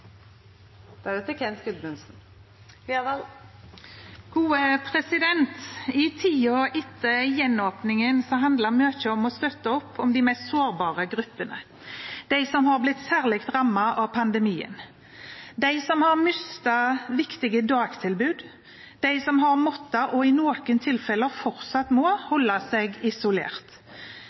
i landet. I tiden etter gjenåpningen handlet mye om å støtte opp om de mest sårbare gruppene, de som har blitt særlig rammet av pandemien, de som har mistet viktige dagtilbud, de som har måttet – og i noen tilfeller fortsatt må – holde seg isolert,